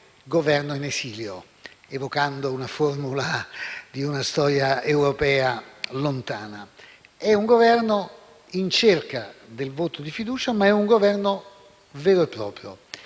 Governo in esilio, evocando la formula di una storia europea lontana. È un Governo in cerca del voto di fiducia, ma è un Governo vero e proprio